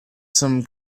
some